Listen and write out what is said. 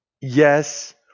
Yes